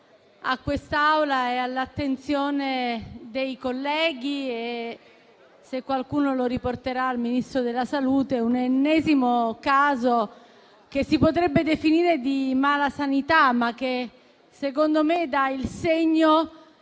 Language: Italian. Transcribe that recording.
segnalare a quest'Aula, all'attenzione dei colleghi e - se qualcuno lo riporterà - al Ministro della salute, un ennesimo caso che si potrebbe definire di malasanità, ma che secondo me dà il segno